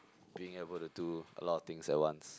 being able to do a lot of things at once